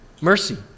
mercy